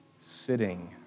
Sitting